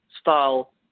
style